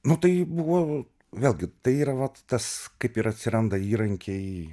nu tai buvo vėlgi tai yra vat tas kaip ir atsiranda įrankiai